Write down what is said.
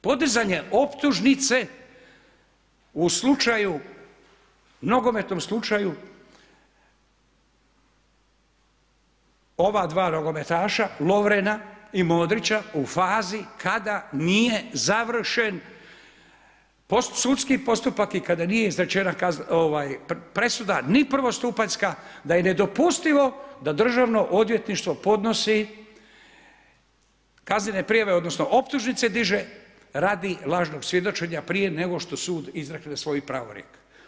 Podizanje optužnice u slučaju nogometnom slučaju, ova dva nogometaša Lovrena i Modrića u fazi kada nije završen sudski postupak i kada nije izrečena presuda ni prvostupanjska, da je nedopustivo, da Državno odvjetništvo podnosi kaznene prijave, odnosno, optužnice diže radi lažnog svjedočenja, prije nego što sud izrekne svoju pravorijek.